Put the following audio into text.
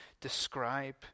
describe